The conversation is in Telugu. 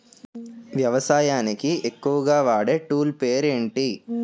వ్యవసాయానికి ఎక్కువుగా వాడే టూల్ పేరు ఏంటి?